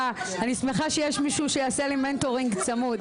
ואני שמחה שיש מישהו שיעשה לי מנטורינג צמוד.